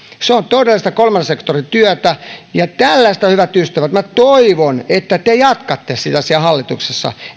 se on todellista kolmannen sektorin työtä ja tällaista hyvät ystävät minä toivon että te jatkatte siellä hallituksessa